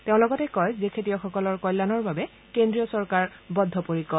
তেওঁ লগতে কয় যে খেতিয়কসকলৰ কল্যাণৰ বাবে কেন্দ্ৰীয় চৰকাৰ বদ্ধপৰিকৰ